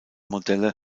modelle